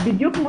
בדיוק כמו